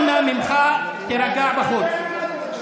אנא ממך, תירגע בחוץ.